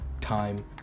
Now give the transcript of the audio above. time